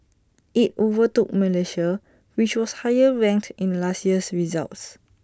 IT overtook Malaysia which was higher ranked in last year's results